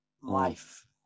Life